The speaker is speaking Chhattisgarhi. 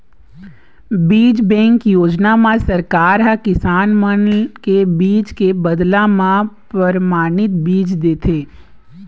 बीज बेंक योजना म सरकार ह किसान मन के बीजा के बदला म परमानित बीजा देथे